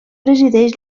presideix